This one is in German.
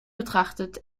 betrachtet